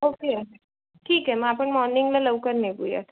okay ठीक आहे मग आपण मॉर्निंगला लवकर निघूयात